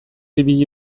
ibili